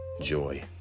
Joy